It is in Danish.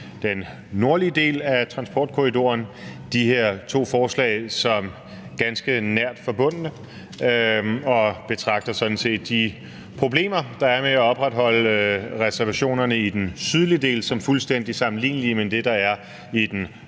den nordlige del af transportkorridoren, de her to forslag som ganske nært forbundne, og betragter sådan set de problemer, der er med at opretholde reservationerne i den sydlige del som fuldstædig sammenlignelige med det, der er i den